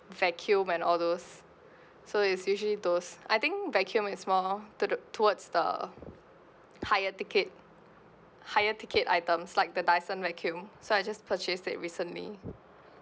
vacuum and all those so it's usually those I think vacuum is more to the towards the higher ticket higher ticket items like the dyson vacuum so I just purchased it recently